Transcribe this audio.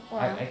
!wah!